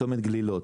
לצומת גלילות.